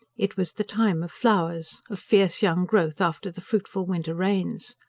it was the time of flowers of fierce young growth after the fruitful winter rains.